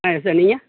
ஆ yes sir நீங்கள்